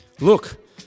look